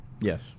Yes